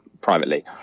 privately